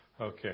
Okay